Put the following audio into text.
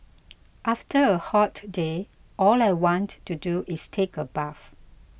after a hot day all I want to do is take a bath